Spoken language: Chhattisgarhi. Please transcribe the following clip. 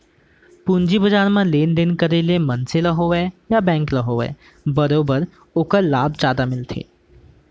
पूंजी बजार म लेन देन करे ले मनसे ल होवय या बेंक ल होवय बरोबर ओखर लाभ जादा मिलथे